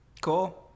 Cool